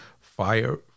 fire